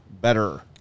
better